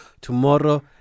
tomorrow